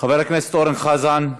חבר הכנסת אורן חזן,